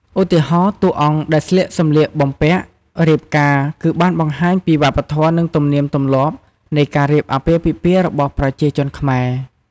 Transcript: ឧទាហរណ៍ តួរអង្គដែរស្លៀកសំម្លៀកបំពាក់រៀបការ គឺបានបង្ហាញពីវប្បធម៍នឹងទំនាមទំលាបនៃការរៀបអាពាពិពាណ៍របស់ប្រជាជនខ្មែរ ។